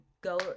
go